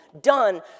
done